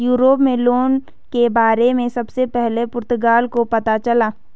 Europe में loan के बारे में सबसे पहले पुर्तगाल को पता चला